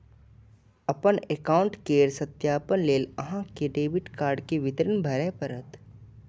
अपन एकाउंट केर सत्यापन लेल अहां कें डेबिट कार्ड के विवरण भरय पड़त